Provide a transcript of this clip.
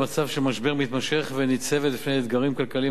מתמשך וניצבת בפני אתגרים כלכליים משמעותיים.